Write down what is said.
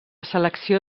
selecció